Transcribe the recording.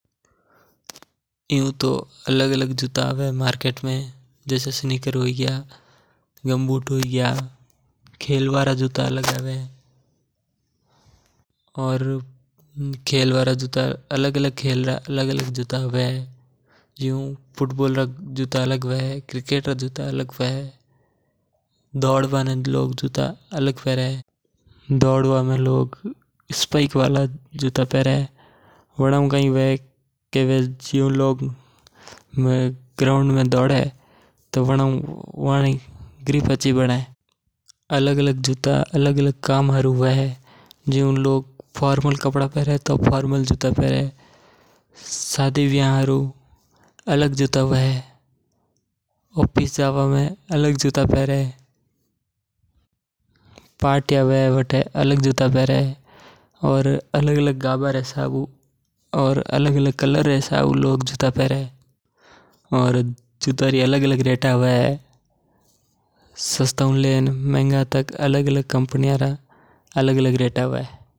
ईयु तो अलग-अलग जूता आवे मार्केट में जैसे स्नीकर हुई गया गम्बूट हुई गया। खेलवा रा जूता अलग आवे और अलग-अलग खेल रा अलग जूता हवे जियु फुटबॉल रा अलग जूता हवे क्रिकेट रा अलग हवे। लोग दौड़वा में लोग स्पाइक वाला जूता पेरवा में काम में लेवे बना हु काई हवे कि वे दौड़े जणा वाना री ग्रिप अच्छी बने। अलग-अलग जूता अलग-अलग काम हारु होया करे सभी ओकेजन हिसाब हु लोग जूता पेरवा में काम में लेवे।